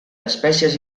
espècies